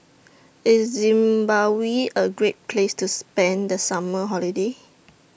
IS Zimbabwe A Great Place to spend The Summer Holiday